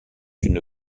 une